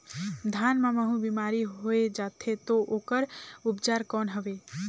धान मां महू बीमारी होय जाथे तो ओकर उपचार कौन हवे?